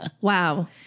Wow